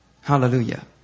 Hallelujah